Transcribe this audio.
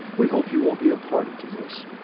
we hope you won't be a party to this.